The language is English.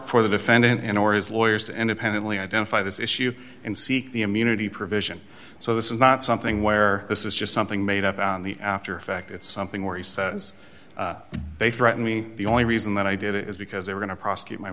for the defendant and or his lawyers to independently identify this issue and seek the immunity provision so this is not something where this is just something made up in the after effect it's something where he says they threatened me the only reason that i did it is because they are going to prosecute my